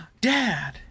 dad